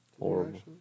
Horrible